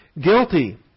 Guilty